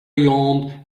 yawned